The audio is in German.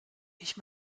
ich